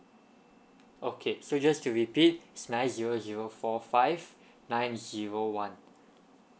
okay so just to repeat it's nine zero zero four five nine zero one